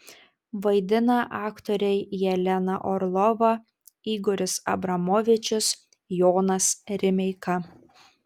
vaidina aktoriai jelena orlova igoris abramovičius jonas rimeika